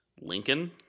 Lincoln